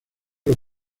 los